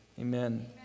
Amen